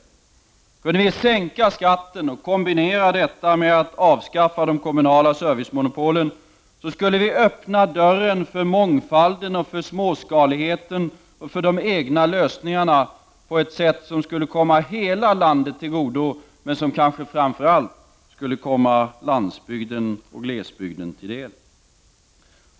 Om skatten kunde sänkas i kombination med ett avskaffande av de kommunala servicemonopolen skulle dörren för mångfald, småskalighet och för de egna lösningarna öppnas på ett sätt som skulle komma hela landet till godo, men som kanske framför allt skulle komma landsbygden och glesbygden till del.